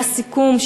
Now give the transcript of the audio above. היה סיכום,